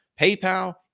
PayPal